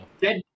Dead